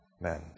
Men